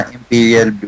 Imperial